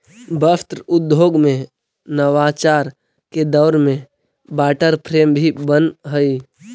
वस्त्र उद्योग में नवाचार के दौर में वाटर फ्रेम भी बनऽ हई